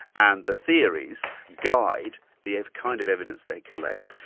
and the theories guide the kind of evidence they collect,